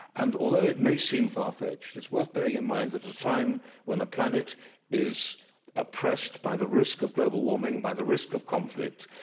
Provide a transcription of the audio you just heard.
and although it may seem farfetched, it's worth bearing in mind that the time when the planet is oppressed by the risk of global warming, and by the risk of conflict,